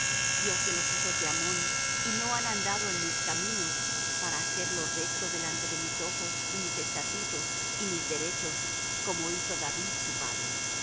dios de los hijos de ammón y no han andado en mis caminos para hacer lo recto delante de mis ojos y mis estatutos y mis derechos como hizo david su padre